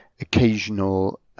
occasional